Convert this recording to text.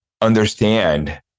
understand